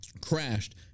crashed